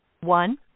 one